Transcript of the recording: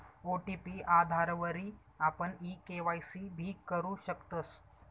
OTP आधारवरी आपण e KYC भी करु शकतस